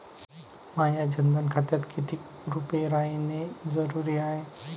माह्या जनधन खात्यात कितीक रूपे रायने जरुरी हाय?